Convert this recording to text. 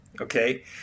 okay